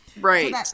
Right